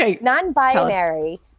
non-binary